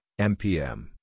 MPM